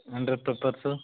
hundred peppers